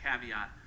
caveat